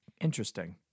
Interesting